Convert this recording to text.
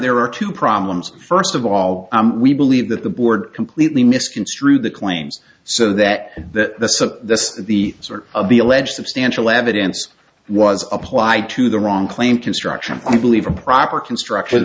there are two problems first of all we believe that the board completely misconstrue the claims so that that the sum of this is the sort of the alleged substantial evidence was applied to the wrong claim construction i believe in proper construction